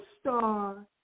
star